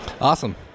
Awesome